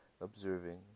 observing